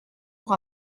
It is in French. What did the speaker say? pour